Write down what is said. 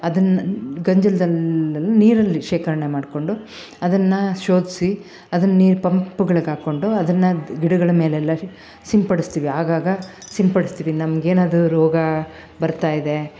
ಅದನ್ನು ಗಂಜಲದಲ್ಲಿ ನೀರಲ್ಲಿ ಶೇಖರಣೆ ಮಾಡಿಕೊಂಡು ಅದನ್ನು ಶೋಧಿಸಿ ಅದನ್ನು ನೀರು ಪಂಪುಗಳ್ಗಾಕೊಂಡು ಅದನ್ನು ಗಿಡಗಳ ಮೇಲೆಲ್ಲ ಸಿಂಪಡಿಸ್ತೀವಿ ಆಗಾಗ ಸಿಂಪಡಿಸ್ತೀವಿ ನಮಗೇನದು ರೋಗ ಬರ್ತಾಯಿದೆ